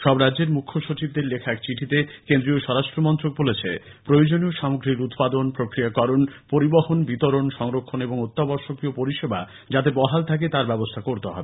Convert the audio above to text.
সব রাজ্যের মুখ্যসচিবদের লেখা এক চিঠিতে কেন্দ্রীয় স্বরাষ্ট্রমন্ত্রক বলেছে প্রয়োজনীয় সামগ্রীর উৎপাদন প্রক্রিয়াকরণ পরিবহণ বিতরণ সংরক্ষণ এবং অত্যাবশ্যকীয় পরিষেবা যাতে বহাল থাকে তার ব্যবস্থা করতে হবে